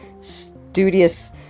studious